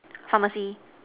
pharmacy